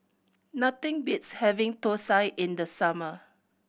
nothing beats having thosai in the summer